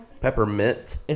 Peppermint